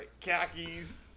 khakis